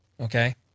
okay